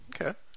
Okay